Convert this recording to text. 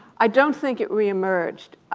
i don't think it reemerged.